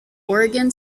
oregon